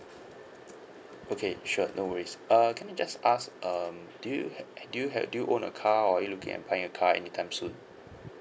okay sure no worries uh can I just ask um do you do you have do you own a car or are you looking at buying a car anytime soon